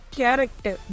character